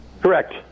Correct